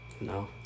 no